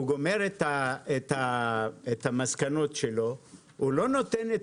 הוא כותב את המסקנות שלו ואז הוא לא נותן את